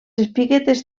espiguetes